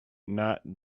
not